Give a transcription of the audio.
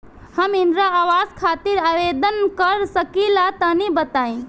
हम इंद्रा आवास खातिर आवेदन कर सकिला तनि बताई?